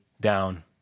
down